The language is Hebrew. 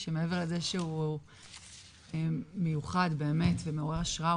מעבר לזה שהוא מיוחד באמת ומעורר השראה,